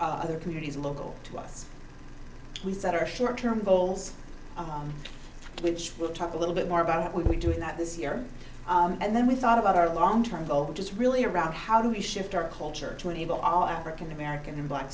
other communities local to us we set our short term goals which will talk a little bit more about how we do that this year and then we thought about our long term goal which is really around how do we shift our culture to enable all african american or black